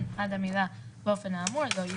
לא בהסדר הזמני,